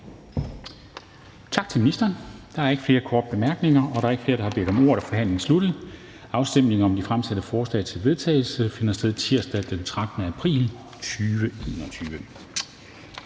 Tak til ministeren. Der er ikke flere korte bemærkninger. Da der ikke er flere, der har bedt om ordet, er forhandlingen sluttet. Afstemningen om de fremsatte forslag til vedtagelse finder sted tirsdag den 13. april 2021.